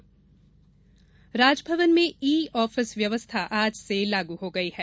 Raj Bhavan e office Raj Bhavan में e office व्यवस्था आज से लागू हो गई है